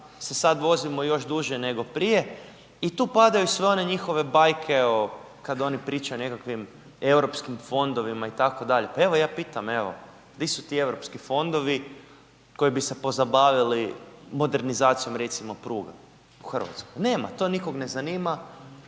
se sad vozimo još duže nego prije i tu padaju sve njihove bajke o, kad oni pričaju o nekakvim europskim fondovima itd., pa evo ja pitam evo di su ti Europski fondovi koji bi se pozabavili modernizacijom recimo pruga u RH, nema, to nikog ne zanima